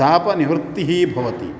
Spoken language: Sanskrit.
तापनिवृत्तिः भवति